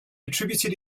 attributed